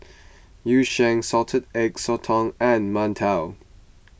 Yu Sheng Salted Egg Sotong and Mantou